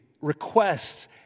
requests